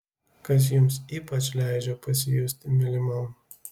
kas jums ypač leidžia pasijusti mylimam